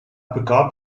begab